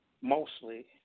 mostly